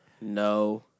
No